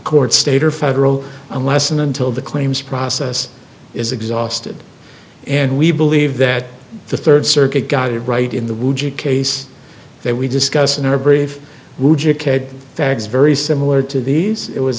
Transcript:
court state or federal unless and until the claims process is exhausted and we believe that the third circuit got it right in the case that we discuss in our brief facts very similar to these it was